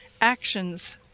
actions